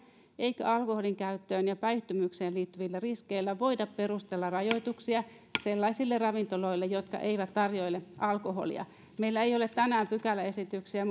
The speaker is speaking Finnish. eikä alkoholinkäyttöön ja päihtymykseen liittyvillä riskeillä voida perustella rajoituksia sellaisille ravintoloille jotka eivät tarjoile alkoholia meillä ei ole tänään pykäläesityksiä